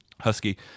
Husky